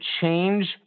Change